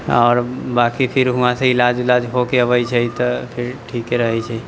आओर बाँकी फिर हुवांसँ इलाज उलाज हो के अबै छै तऽ फिर ठीके रहै छै